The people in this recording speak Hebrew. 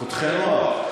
קודחי מוח.